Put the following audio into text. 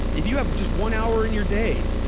if you have just one hour in your day,